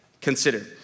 consider